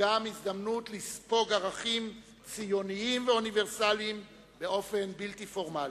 וגם הזדמנות לספוג ערכים ציוניים ואוניברסליים באופן בלתי פורמלי,